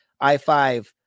I-5